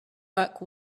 work